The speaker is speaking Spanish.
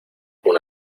una